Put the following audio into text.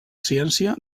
ciència